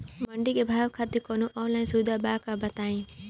मंडी के भाव खातिर कवनो ऑनलाइन सुविधा बा का बताई?